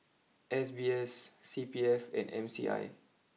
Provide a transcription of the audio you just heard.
S B S C P F and M C I